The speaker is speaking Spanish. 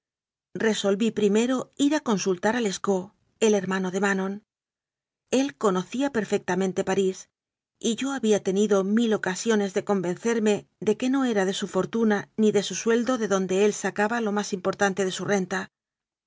ví primero ir a consultar a lescaut el hermano de manon el conocía perfectamente parís y yo había tenido mil ocasiones de convencerme de que no era de su fortuna ni de su sueldo de donde él sacaba lo más importante de su renta